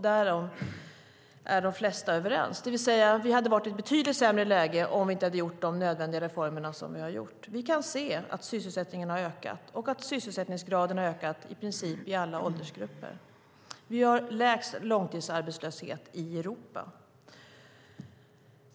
Därom är de flesta överens, det vill säga att vi hade varit i ett betydligt sämre läge om vi inte hade genomfört de nödvändiga reformer som vi har gjort. Vi kan se att sysselsättningen har ökat och att sysselsättningsgraden har ökat i princip i alla åldersgrupper. Vi har lägst långtidsarbetslöshet i Europa.